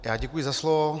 Já děkuji za slovo.